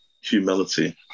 humility